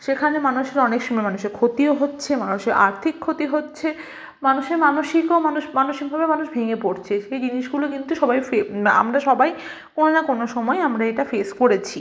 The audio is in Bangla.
সেখানে মানুষরা অনেক সময় মানুষের ক্ষতিও হচ্ছে মানুষের আর্থিক ক্ষতি হচ্ছে মানুষের মানসিকও মানুষ মানুষের উপরে মানুষ ভেঙে পড়ছে সে জিনিগুলো কিন্তু সবাই ফেপ না আমরা সবাই কোনো না কোনো সময় আমরা এটা ফেস করেছি